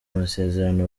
amasezerano